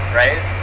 right